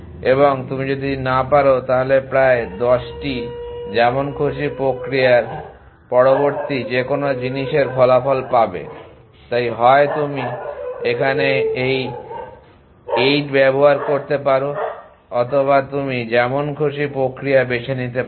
এবং যদি তুমি না পারো তাহলে প্রায় 10টি যেমন খুশি প্রক্রিয়ার পরবর্তী যেকোন জিনিসের ফলাফল পাবে তাই হয় তুমি এখানে 8 ব্যবহার করতে পারো অথবা তুমি যেমন খুশি প্রক্রিয়া বেছে নিতে পারো